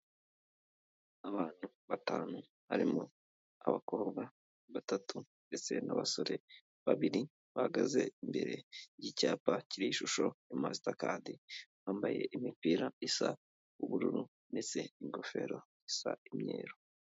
Abantu batanu barimo abakobwa batatu ndetse n'abasore babiri bahagaze imbere y'icyapa kiri ishusho ya masitakadi, bambaye imipira isa ubururu ndetse n'ingofero isa imyeru.